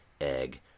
Egg